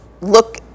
look